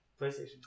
PlayStation